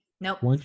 Nope